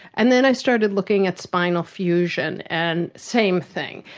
and then i started looking at spinal fusion, and same thing.